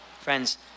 Friends